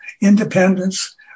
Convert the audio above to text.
independence